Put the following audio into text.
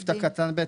סעיף קטן (ב),